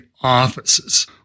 offices